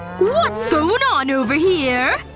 what's going on over here?